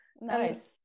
Nice